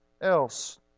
else